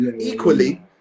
equally